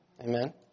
Amen